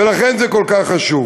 ולכן זה כל כך חשוב.